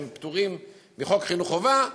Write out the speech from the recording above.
שהם פטורים מחוק חינוך חובה,